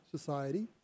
Society